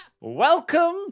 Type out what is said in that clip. Welcome